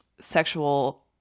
sexual